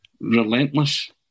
relentless